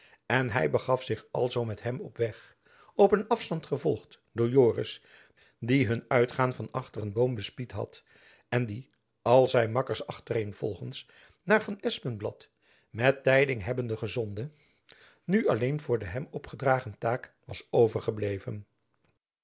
en hy begaf zich alzoo met hem op weg op een afstand gevolgd door joris die hun uitgaan van achter een boom bespied had en die al zijn makkers achtereenvolgends naar van espenblad met tijding hebbende toegezonden nu alleen voor de hem opgedragen taak was overgebleven